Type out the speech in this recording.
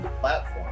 platform